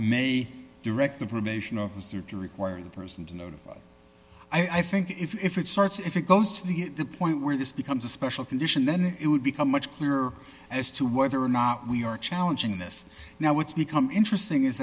may direct the probation officer to require the person to notify i think if it starts if it goes to the point where this becomes a special condition then it would become much clearer as to whether or not we are challenging this now what's become interesting is